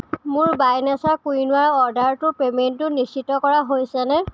মোৰ by nature কুইনোৱাৰ অৰ্ডাৰটোৰ পে'মেণ্টটো নিশ্চিত কৰা হৈছেনে